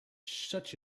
such